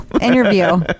Interview